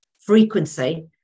frequency